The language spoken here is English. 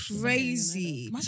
crazy